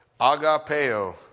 Agapeo